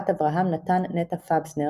בת אברהם נתן נטע פבזנר,